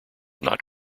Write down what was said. not